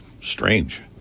strange